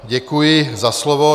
Děkuji za slovo.